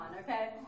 okay